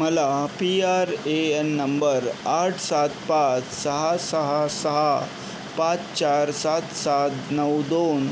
मला P R A N number आठ सात पाच सहा सहा सहा पाच चार सात सात नऊ दोन